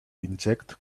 inject